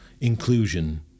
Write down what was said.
inclusion